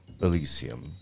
Elysium